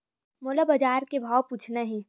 मोला बजार के भाव पूछना हे?